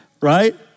right